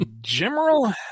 General